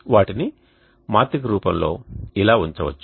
వాటిని మాత్రిక రూపంలో ఇలా ఉంచవచ్చు